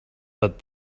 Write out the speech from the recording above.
but